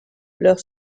leur